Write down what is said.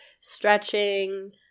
stretching